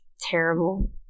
terrible